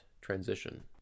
transition